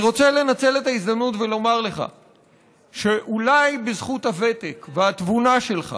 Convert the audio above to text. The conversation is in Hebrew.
אני רוצה לנצל את ההזדמנות ולומר לך שאולי בזכות הוותק והתבונה שלך